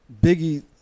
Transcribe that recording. Biggie